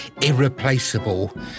irreplaceable